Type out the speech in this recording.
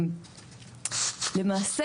למעשה,